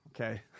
Okay